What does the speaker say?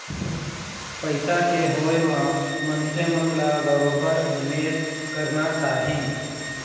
पइसा के होय म मनखे मन ल बरोबर निवेश करना चाही